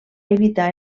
evitar